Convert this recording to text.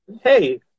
hey